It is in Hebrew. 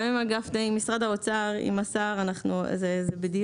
עם משרד האוצר ועם שר האוצר.